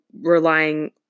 relying